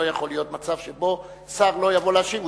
לא יכול להיות מצב שבו שר לא יבוא להשיב.